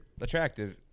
Attractive